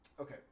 Okay